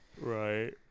Right